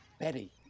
betty